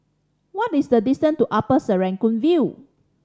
what is the distance to Upper Serangoon View